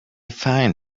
find